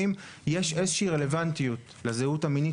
האם יש איזושהי רלוונטיות בזהות המינית